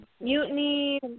mutiny